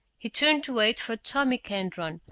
he turned to wait for tommy kendron,